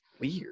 weird